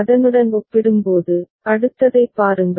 அதனுடன் ஒப்பிடும்போது அடுத்ததைப் பாருங்கள்